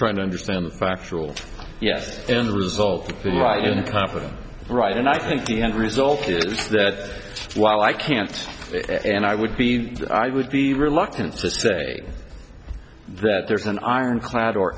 trying to understand the factual yes and the result in conflict right and i think the end result is that while i can't and i would be the i would be reluctant to say that there is an ironclad or